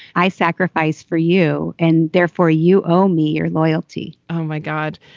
i sacrifice for you. and therefore, you owe me your loyalty oh, my god.